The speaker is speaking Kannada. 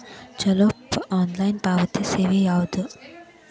ಛಲೋ ಆನ್ಲೈನ್ ಪಾವತಿ ಸೇವಾ ಯಾವ್ದದ?